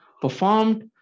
performed